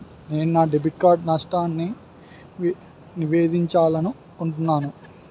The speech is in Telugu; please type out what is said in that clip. నేను నా డెబిట్ కార్డ్ నష్టాన్ని నివేదించాలనుకుంటున్నాను